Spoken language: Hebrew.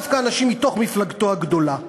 דווקא אנשים מתוך מפלגתו הגדולה.